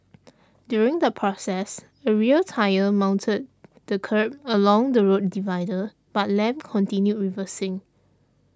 during the process a rear tyre mounted the kerb along the road divider but Lam continued reversing